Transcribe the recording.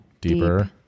Deeper